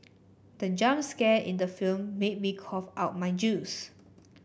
the jump scare in the film made me cough out my juice